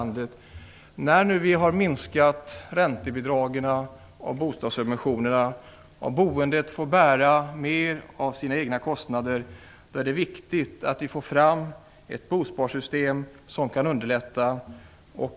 När vi nu har minskat räntebidragen och bostadsubventionerna och boendet får bära mer av sina egna kostnader är det viktigt att vi får fram ett bosparsystem som kan underlätta.